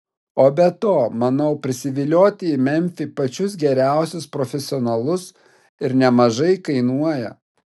o be to manau prisivilioti į memfį pačius geriausius profesionalus ir nemažai kainuoja